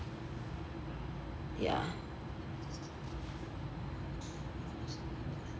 ya